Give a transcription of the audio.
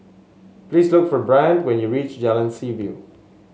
please look for Bryant when you reach Jalan Seaview